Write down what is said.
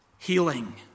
healing